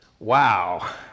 Wow